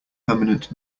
permanent